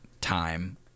time